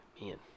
man